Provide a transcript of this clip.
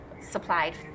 supplied